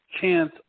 chance